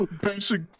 Basic